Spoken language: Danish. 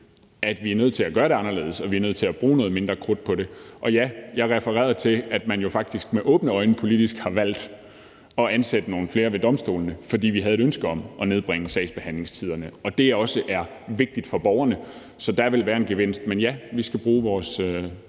at vi er nødt til at gøre det anderledes, og at vi er nødt til at bruge noget mindre krudt på det. Og ja, jeg refererede til, at man faktisk med åbne øjne politisk har valgt at ansætte nogle flere ved domstolene, fordi vi havde et ønske om at nedbringe sagsbehandlingstiderne og det også er vigtigt for borgerne. Så der vil være en gevinst. Men ja, vi skal bruge vores